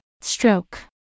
stroke